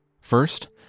First